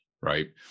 right